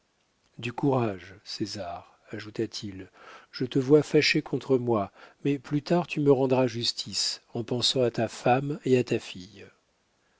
du courage césar ajouta-t-il je te vois fâché contre moi mais plus tard tu me rendras justice en pensant à ta femme et à ta fille